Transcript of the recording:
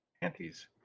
panties